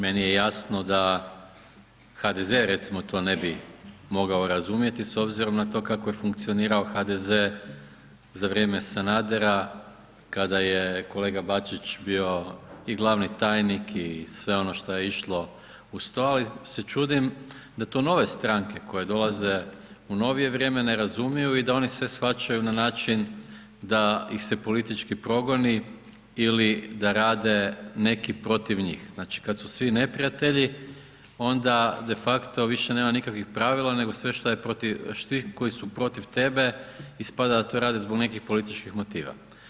Meni je jasno da HDZ recimo to ne bi mogao razumjeti s obzirom na to kako je funkcionira HDZ za vrijeme Sanadera kada je kolega Bačić bio i glavni tajnik i sve ono što je išlo uz to ali se čudim da to nove stranke koje dolaze u novije vrijeme ne razumiju i da oni sve shvaćaju na način da ih se politički progoni ili da rade neki protiv njih, znači kad su svi neprijatelji, onda de facto više nema nikakvih pravila nego sve šta je protiv tih koji su protiv tebe, ispada da to rade zbog nekih političkih motiva.